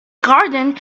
garden